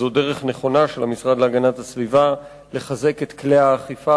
זו דרך נכונה של המשרד להגנת הסביבה לחזק את כלי האכיפה